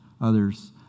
others